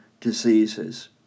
diseases